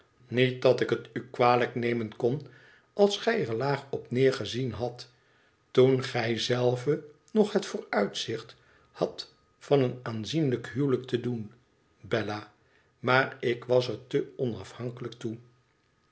niet dat ik het u kwalijk nemen kon als gij er laag op neergezien hadt toen gij zelve nog het vooruitzicht hadt van een aanzienlijk huwelijk te doen bella maar ik was er te onafhankelijk toe